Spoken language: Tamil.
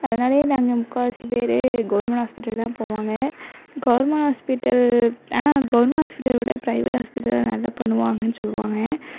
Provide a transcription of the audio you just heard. அதனாலேயே நாங்கள் முக்காவாசி பேரு கவுர்மெண்ட் ஹாஸ்பிட்டல் தான் போவாங்க கவர்மெண்ட் ஹாஸ்பிட்டல் ஆனால் கவர்மெண்ட் ஹாஸ்பிட்டல் விட ப்ரைவேட் ஹாஸ்பிட்டல் தான் நல்லா பண்ணுவாங்கன்னு சொல்லுவாங்க